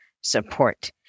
support